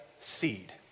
seed